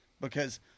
Because-